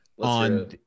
on